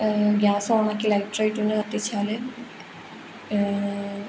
gas ഓണാക്കി ലൈട്രൈറ്റൊന്ന് കത്തിച്ചാൽ